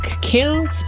KILLS